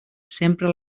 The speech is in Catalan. sempre